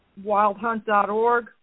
Wildhunt.org